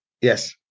Yes